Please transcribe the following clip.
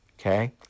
okay